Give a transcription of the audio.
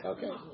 Okay